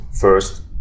first